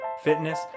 fitness